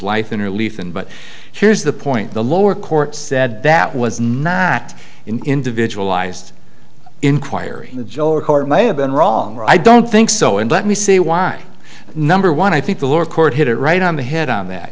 life in relief and but here's the point the lower court said that was not individual ised inquiry joe or court may have been wrong i don't think so and let me see why number one i think the lower court hit it right on the head on that